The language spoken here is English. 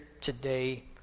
today